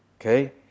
okay